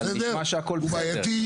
אבל נשמע שהכל בסדר.